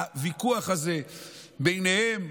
הוויכוח הזה ביניהם,